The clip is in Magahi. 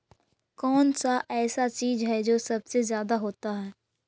कौन सा ऐसा चीज है जो सबसे ज्यादा होता है?